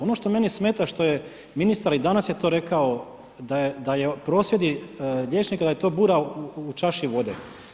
Ono što meni smeta, što je ministar i danas je to rekao, da prosvjedi liječnika, da je to bura u čaši vode.